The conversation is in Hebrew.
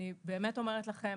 אני אומרת לכם